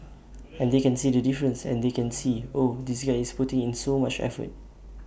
and they can see the difference and they can see oh this guy is putting in so much effort